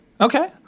Okay